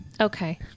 Okay